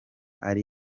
ari